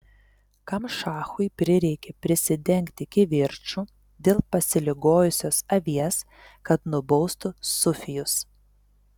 kam šachui prireikė prisidengti kivirču dėl pasiligojusios avies kad nubaustų sufijus